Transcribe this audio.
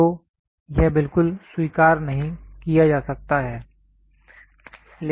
तो यह बिल्कुल स्वीकार नहीं किया जा सकता है